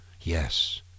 Yes